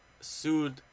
sued